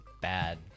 bad